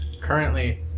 currently